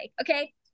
okay